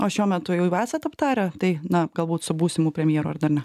o šiuo metu jau esat aptarę tai na galbūt su būsimu premjeru ar dar ne